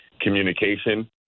communication